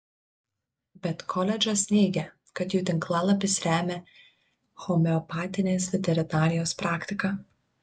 bet koledžas neigia kad jų tinklalapis remia homeopatinės veterinarijos praktiką